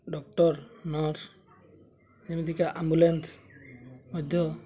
doctor nurse ଯେମିତିକା ambulance ମଧ୍ୟ